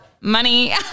money